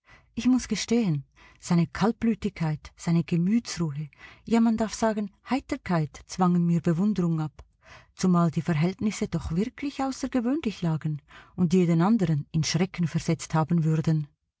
ich muß gestehen seine kaltblütigkeit seine gemütsruhe ja man darf sagen heiterkeit zwangen mir bewunderung ab zumal die verhältnisse doch wirklich außergewöhnlich lagen und jeden anderen in schrecken versetzt haben würden